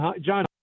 John